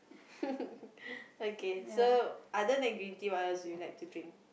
okay so other than green tea what else do you like to drink